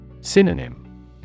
Synonym